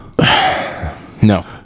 No